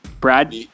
Brad